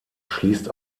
schließt